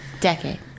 decade